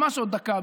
ממש עוד דקה,